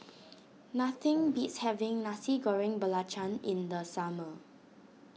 nothing beats having Nasi Goreng Belacan in the summer